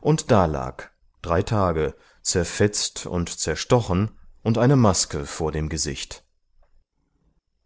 und dalag drei tage zerfetzt und zerstochen und eine maske vor dem gesicht